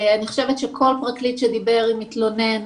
כל פרקליט שדיבר עם מתלונן